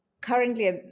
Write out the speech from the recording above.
currently